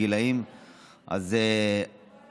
נגיש הסתייגויות ונילחם בחוק הזה על